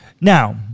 Now